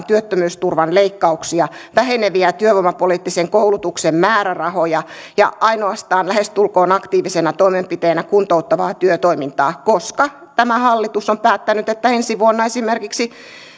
työttömyysturvan leikkauksia väheneviä työvoimapoliittisen koulutuksen määrärahoja ja ainoastaan lähestulkoon aktiivisena toimenpiteenä kuntouttavaa työtoimintaa koska tämä hallitus on päättänyt että ensi vuonna esimerkiksi